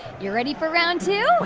you ready for round two?